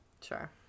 Sure